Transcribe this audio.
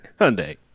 hyundai